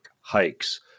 hikes